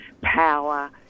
power